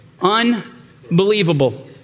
Unbelievable